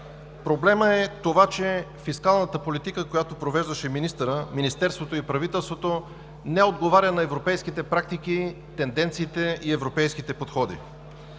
проблем – това, че фискалната политика, която провеждаше министърът, Министерството и правителството, не отговаря на европейските практики, тенденциите и европейските подходи.